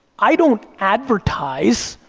i don't advertise,